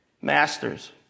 Masters